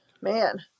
man